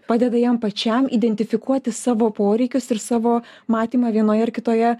padeda jam pačiam identifikuoti savo poreikius ir savo matymą vienoje ar kitoje